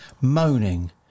moaning